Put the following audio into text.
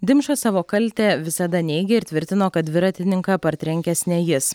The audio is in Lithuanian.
dimša savo kaltę visada neigė ir tvirtino kad dviratininką partrenkęs ne jis